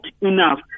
enough